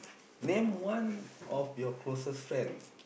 name one of your closest friend